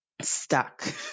stuck